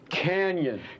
canyon